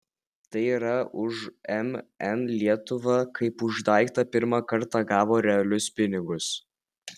tai yra už mn lietuva kaip už daiktą pirmą kartą gavo realius pinigus